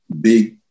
big